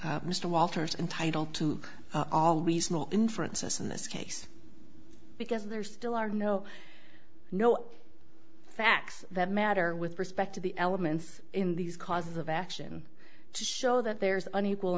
mr walters entitled to all reasonable inference s in this case because there still are no no facts that matter with respect to the elements in these causes of action to show that there's an equal